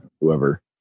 whoever